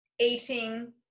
eating